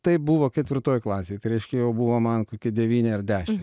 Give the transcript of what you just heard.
tai buvo ketvirtoj klasėj tai reiškia jau buvo man kokie devyni ar dešim